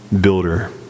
builder